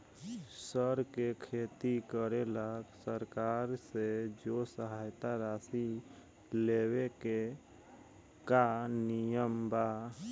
सर के खेती करेला सरकार से जो सहायता राशि लेवे के का नियम बा?